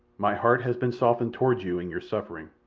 my heart has been softened toward you in your suffering,